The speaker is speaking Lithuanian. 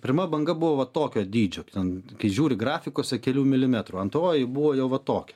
pirma banga buvo tokio dydžio ten kai i žiūri grafikuose kelių milimetrų antroji buvo jau va tokia